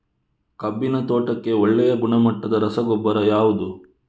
ಕಬ್ಬಿನ ತೋಟಕ್ಕೆ ಒಳ್ಳೆಯ ಗುಣಮಟ್ಟದ ರಸಗೊಬ್ಬರ ಯಾವುದು?